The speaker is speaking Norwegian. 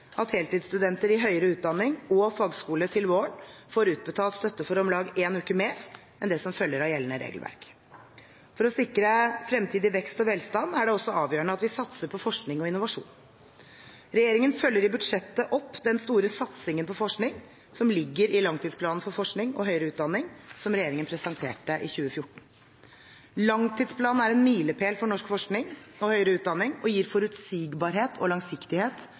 at heltidsstudenter i høyere utdanning og fagskole til våren får utbetalt støtte for om lag en uke mer enn det som følger av gjeldende regelverk. For å sikre fremtidig vekst og velstand er det også avgjørende at vi satser på forskning og innovasjon. Regjeringen følger i budsjettet opp den store satsingen på forskning som ligger i langtidsplanen for forskning og høyere utdanning som regjeringen presenterte i 2014. Langtidsplanen er en milepæl for norsk forskning og høyere utdanning og gir forutsigbarhet og langsiktighet